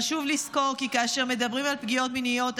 חשוב לזכור כי כאשר מדברים על פגיעות מיניות,